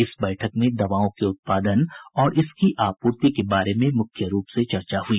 इस बैठक में दवाओं के उत्पादन और इसकी आपूर्ति के बारे में मुख्य रूप से चर्चा हुई